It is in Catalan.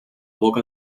boca